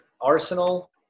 Arsenal